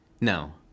no